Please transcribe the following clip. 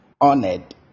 honored